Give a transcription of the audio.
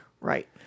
Right